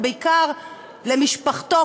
ובעיקר למשפחתו,